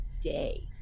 day